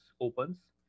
opens